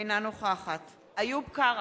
אינה נוכחת איוב קרא,